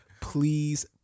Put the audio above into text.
please